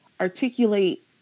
articulate